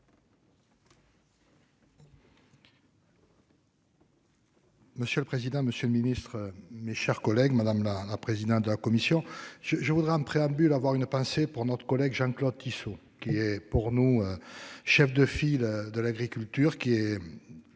Monsieur le président, Monsieur le Ministre, mes chers collègues, madame la présidente de la commission je je voudrais en préambule, avoir une pensée pour notre collègue Jean-Claude Tissot qui est pour nous. Chef de file de l'agriculture qui est.